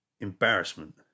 embarrassment